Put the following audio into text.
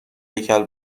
هیکل